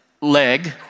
leg